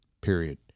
Period